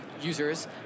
users